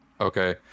Okay